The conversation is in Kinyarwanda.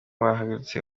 barashatse